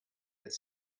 its